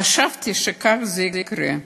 חשבתי שכך יקרה,